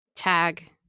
tag